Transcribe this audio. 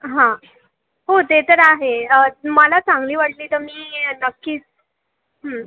हां हो ते तर आहे मला चांगली वाटली तर मी ये नक्कीच